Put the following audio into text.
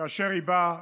כאשר היא באה